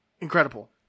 incredible